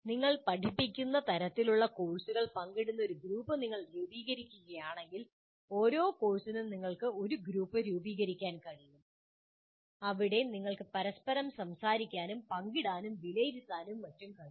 നിങ്ങൾ പഠിപ്പിക്കുന്ന തരത്തിലുള്ള കോഴ്സുകൾ പങ്കിടുന്ന ഒരു ഗ്രൂപ്പ് നിങ്ങൾ രൂപീകരിക്കുകയാണെങ്കിൽ ഓരോ കോഴ്സിനും നിങ്ങൾക്ക് ഒരു ഗ്രൂപ്പ് രൂപീകരിക്കാൻ കഴിയും അവിടെ നിങ്ങൾക്ക് പരസ്പരം സംസാരിക്കാനും പങ്കിടാനും വിലയിരുത്താനും മറ്റും കഴിയും